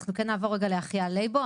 אנחנו כן נעבור רגע לאחיה לייבו.